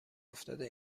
افتاده